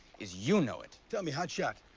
is you know it. tell me, hot shot.